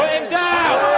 ah him down!